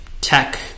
tech